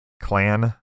clan